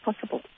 possible